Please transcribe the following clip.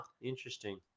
interesting